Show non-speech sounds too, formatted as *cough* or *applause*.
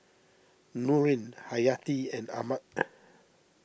Nurin Hayati and Ahmad *noise*